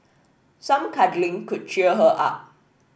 some cuddling could cheer her up